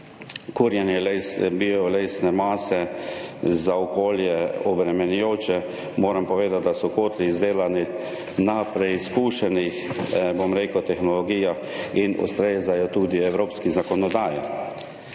kurjenje bio lesne mase za okolje obremenjujoče moram povedati, da so kotli izdelani na preizkušenih, bom rekel, tehnologijah in ustrezajo tudi evropski zakonodaji.